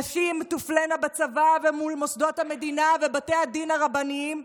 נשים תופלנה בצבא ומול מוסדות המדינה ובתי הדין הרבניים.